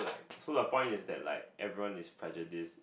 so the point is that like everyone is prejudice